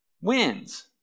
wins